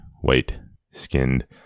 white-skinned